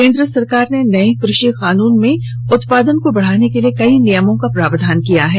केंद्र सरकार ने नये कृषि कानून में उत्पादन को बढाने के लिए कई नियमों का प्रावधान किया है